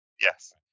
yes